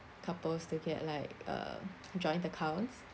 couples to get like uh joint accounts